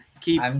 keep